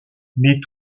mais